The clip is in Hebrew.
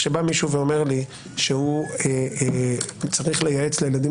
כשבא מישהו ואומר לי שהוא צריך לייעץ לילדים